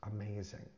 amazing